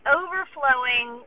overflowing